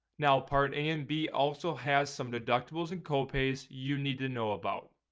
now part a and b also have some deductibles and co-pays you need to know about.